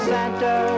Santa